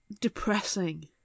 Depressing